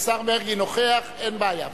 השר מרגי נוכח, אין בעיה.